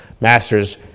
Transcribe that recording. Masters